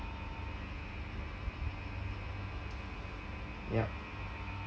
yup